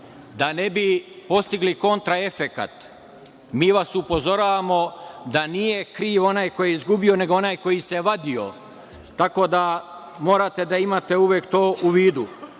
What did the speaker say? Da ne bi postigli kontraefekat, mi vas upozoravamo da nije kriv onaj ko je izgubio, nego onaj koji se vadio. Tako da morate da imate uvek to u vidu. Što